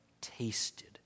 tasted